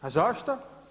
A zašto?